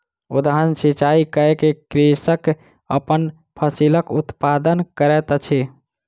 उद्वहन सिचाई कय के कृषक अपन फसिलक उत्पादन करैत अछि